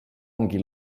ongi